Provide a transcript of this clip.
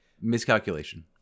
miscalculation